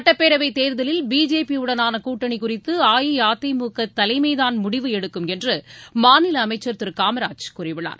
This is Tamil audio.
சுட்டப்பேரவை தேர்தலில் பிஜேபியுடனான கூட்டணி குறித்து அஇஅதிமுக தலைமைதான் முடிவு எடுக்கும் என்று மாநில அமைச்சர் திரு காமராஜ் கூறியுள்ளார்